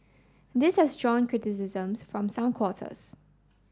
this has drawn criticisms from some quarters